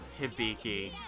Hibiki